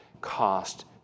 cost